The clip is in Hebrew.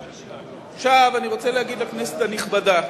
עכשיו, אני רוצה להגיד לכנסת הנכבדה,